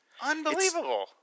Unbelievable